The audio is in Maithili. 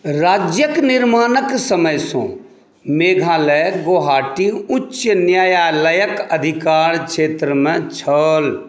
राज्यक निर्माणक समयसँ मेघालय गुवाहाटी उच्च न्यायालयक अधिकार क्षेत्रमे छल